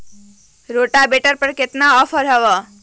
Rotavator पर केतना offer हव?